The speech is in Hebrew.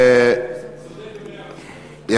אתה צודק במאה אחוז.